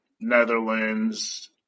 Netherlands